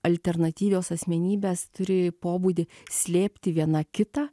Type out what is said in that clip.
alternatyvios asmenybės turi pobūdį slėpti viena kitą